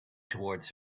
towards